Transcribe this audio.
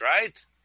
right